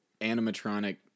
animatronic